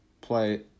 Play